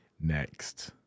next